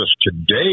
today